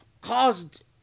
caused